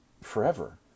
forever